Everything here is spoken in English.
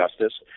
justice